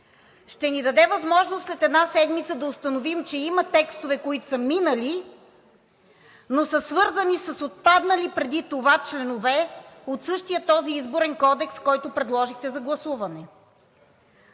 ще ни даде възможност след една седмица да установим, че има текстове, които са минали, но са свързани с отпаднали преди това членове от същия този изборен кодекс, който предложихте за гласуване.